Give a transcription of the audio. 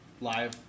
Live